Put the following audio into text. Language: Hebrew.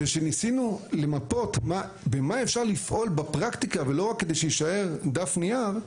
וכשניסינו למפות עם מה אפשר לפעול בפרקטיקה ולא רק כדי שיישאר דף נייר,